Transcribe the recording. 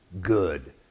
good